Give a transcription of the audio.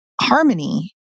harmony